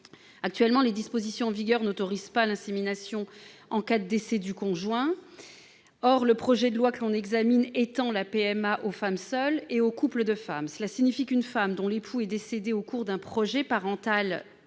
Actuellement, les dispositions en vigueur n'autorisent pas l'insémination en cas de décès du conjoint. Or le présent projet de loi étend la PMA aux femmes seules et aux couples de femmes. Cela signifie qu'une femme dont l'époux est décédé au cours d'un projet parental